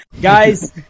Guys